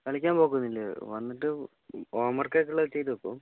കളിയ്ക്കാൻ പോക്ക് ഒന്നുമില്ല വന്നിട്ട് ഹോംവർക്ക് ഒക്കെ ഉള്ളത് ചെയ്ത് വയ്ക്കും